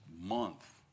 month